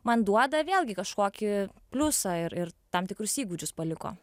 man duoda vėlgi kažkokį pliusą ir ir tam tikrus įgūdžius paliko